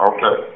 Okay